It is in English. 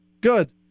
Good